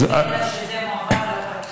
אלא שזה מועבר לפרקליטות.